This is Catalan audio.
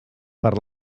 per